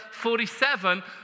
47